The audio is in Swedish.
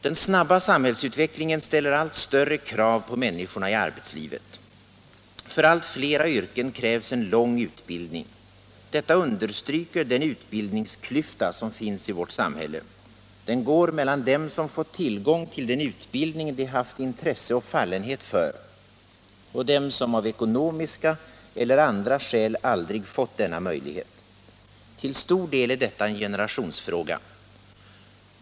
Den snabba samhällsutvecklingen ställer allt större krav på människorna i arbetslivet. För allt fler yrken krävs en lång utbildning. Detta understryker den utbildningsklyfta som finns i vårt samhälle. Den går mellan dem som fått tillgång till den utbildning de haft intresse och fallenhet för och dem som av ekonomiska eller andra skäl aldrig fått denna möjlighet. Till stor del är detta en generationsfråga.